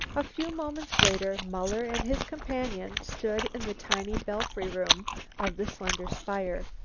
a few moments later muller and his companion stood in the tiny belfry room of the slender spire.